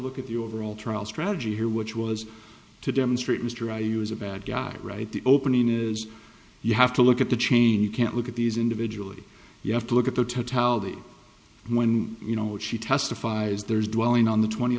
look at the overall trial strategy here which was to demonstrate mr i use a bad guy right the opening is you have to look at the chain you can't look at these individuals you have to look at the totality when you know if she testifies there's dwelling on the twenty